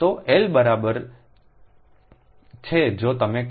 તો L બરાબર છે જો તમે કરો